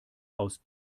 aus